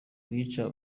kuyica